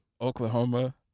Oklahoma